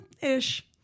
ish